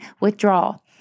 withdrawal